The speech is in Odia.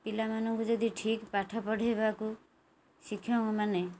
ପିଲାମାନଙ୍କୁ ଯଦି ଠିକ୍ ପାଠ ପଢ଼େଇବାକୁ ଶିକ୍ଷକମାନେ